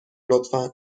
لطفا